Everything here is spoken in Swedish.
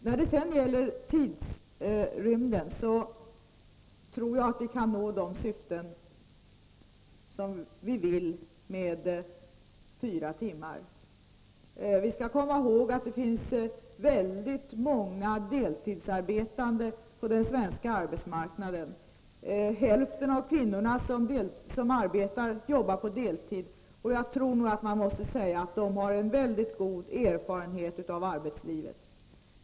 När det sedan gäller tidsrymden tror jag att vi kan nå de syften som vi vill med fyra timmar. Vi skall komma ihåg att det finns väldigt många deltidsarbetande på den svenska arbetsmarknaden. Hälften av kvinnorna som arbetar jobbar på deltid, och jag tror nog att man måste säga att de har en mycket god erfarenhet av arbetslivet.